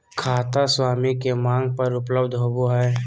खाता स्वामी के मांग पर उपलब्ध होबो हइ